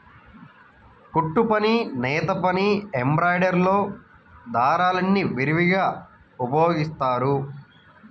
కుట్టుపని, నేతపని, ఎంబ్రాయిడరీలో దారాల్ని విరివిగా ఉపయోగిస్తారు